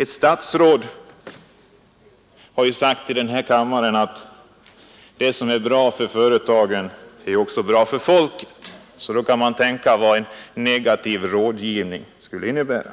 Ett statsråd har ju sagt i den här kammaren att det som är bra för företagen också är bra för folket — då kan man tänka sig vad en sådan rådgivning skulle innnebära.